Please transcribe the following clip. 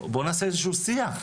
בואו נעשה איזשהו שיח.